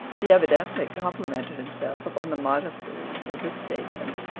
he evidently complimented himself upon the modesty of this statement.